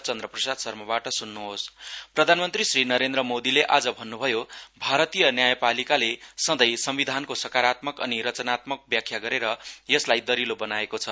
PM प्रधानमन्त्री श्री नरेन्द्र मोदीले आज भन्नुभयो भारतीय न्यायपालिकाले संधै संविधानको सकारात्मक अनि रचनात्मक व्याख्या गरेर यसलाई दरिलो बनाएको छ